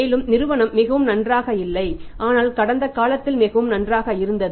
மேலும் நிறுவனம் மிகவும் நன்றாக இல்லை ஆனால் கடந்த காலத்தில் மிகவும் நன்றாக இருந்தது